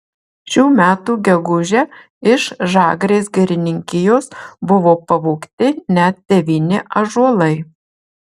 šių metų gegužę iš žagarės girininkijos buvo pavogti net devyni ąžuolai